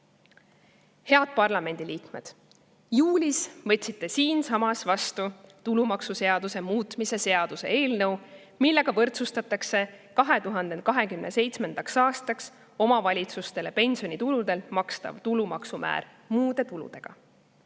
Head parlamendi liikmed! Juulis võtsite siinsamas vastu tulumaksuseaduse muutmise seaduse eelnõu, millega võrdsustatakse 2027. aastaks omavalitsustele pensionituludelt makstava tulumaksu määr muude tuludega.